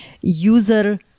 user